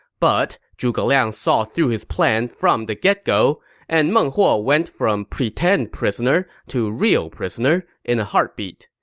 but zhuge liang saw through his plan from the get-go, and meng huo went from pretend prisoner to real prisoner in a heartbeat.